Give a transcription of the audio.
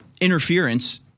interference